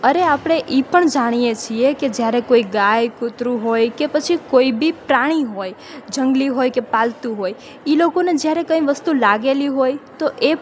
અરે આપણે એ પણ જાણીએ છીએ કે જ્યારે કોઈ ગાય કૂતરું હોય કે પછી કોઇ બી પ્રાણી હોય જંગલી હોય કે પાલતું હોય એ લોકોને જ્યારે કંઇ વસ્તુ લાગેલી હોય તો એ